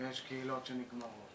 ויש קהילות שנגמרות